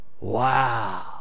Wow